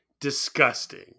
Disgusting